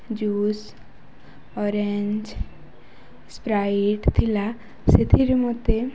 juice orange Sprite ଥିଲା ସେଥିରେ ମୋତେ